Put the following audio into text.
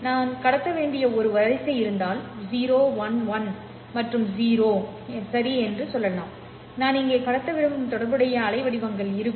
நான் கடத்த வேண்டிய ஒரு வரிசை இருந்தால் 011 மற்றும் 0 சரி என்று சொல்லலாம் நான் இங்கே கடத்த விரும்பும் தொடர்புடைய அலைவடிவங்கள் இருக்கும்